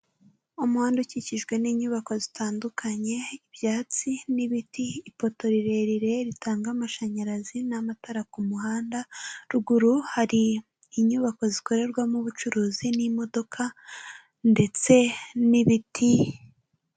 Umuhanda ukikijwe n'inyubako zitandukanye, ibyatsi n'ibiti, ipoto rirerire ritanga amashanyarazi n'amatara ku muhanda, ruguru hari inyubako zikorerwamo ubucuruzi n'imodoka ndetse n'ibiti...